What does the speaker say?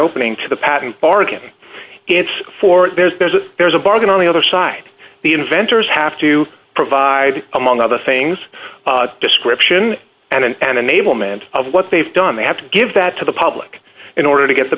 opening to the patent bargain it's for there's there's a there's a bargain on the other side the inventors have to provide among other things description and enablement of what they've done they have to give that to the public in order to get the